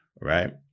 Right